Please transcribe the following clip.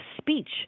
Speech